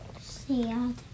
Sad